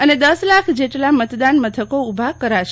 અને દસ લાખ જેટલા મતદાન મથકો ઉભા કરાશે